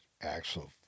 actual